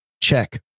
Check